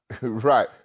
right